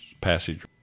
passage